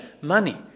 money